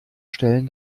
stellen